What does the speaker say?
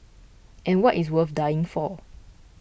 and what is worth dying for